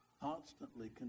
Constantly